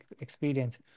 experience